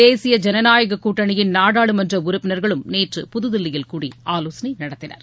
தேசிய ஜனநாயகக் கூட்டணியின் நாடாளுமன்ற உறுப்பினர்களும் நேற்று புதுதில்லியில் கூடி ஆலோசனை நடத்தினர்